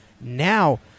Now